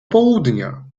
południa